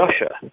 Russia